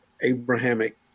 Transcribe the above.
Abrahamic